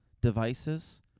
devices